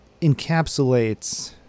encapsulates